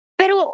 pero